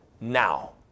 now